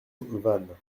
vannes